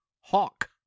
hawk